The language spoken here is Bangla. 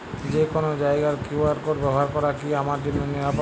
যে কোনো জায়গার কিউ.আর কোড ব্যবহার করা কি আমার জন্য নিরাপদ?